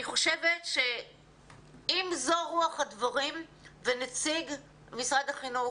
אני חושבת שאם זו רוח הדברים ונציג משרד החינוך,